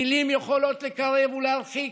מילים יכולות לקרב ולהרחיק,